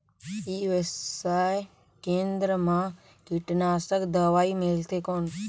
ई व्यवसाय केंद्र मा कीटनाशक दवाई मिलथे कौन?